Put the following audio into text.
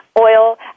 oil